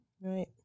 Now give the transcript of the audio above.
Right